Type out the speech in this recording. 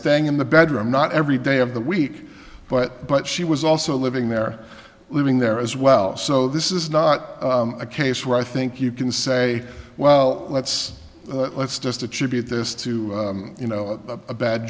staying in the bedroom not every day of the week but but she was also living there living there as well so this is not a case where i think you can say well let's let's just attribute this to you know a bad